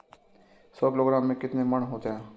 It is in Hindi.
सौ किलोग्राम में कितने मण होते हैं?